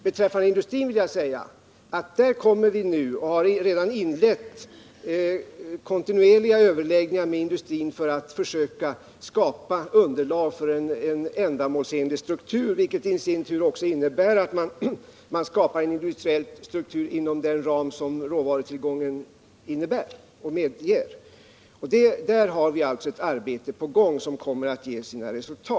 Beträffande industrin vill jag säga att med den har vi redan inlett kontinuerliga överläggningar för att försöka skapa underlag för en ändamåls enlig struktur, vilket i sin tur också innebär att man skapar en industriell Nr 35 struktur inom den ram som råvarutillgången medger. Där har vi alltså ett Torsdagen den arbete i gång som kommer att ge sina resultat.